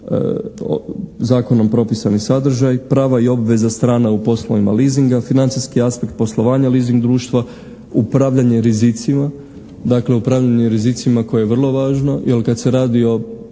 zakonom propisani sadržaj, prava i obveza strana u poslovima leasinga, financijski aspekt poslovanja leasing društva, upravljanje rizicima, dakle upravljanje rizicima koje je vrlo važno, jer kad se radi o